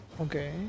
Okay